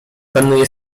panuje